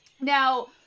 now